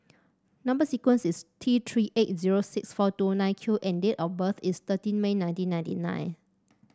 number sequence is T Three eight zero six four two nine Q and date of birth is thirteen May nineteen ninety nine